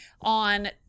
on